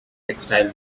textile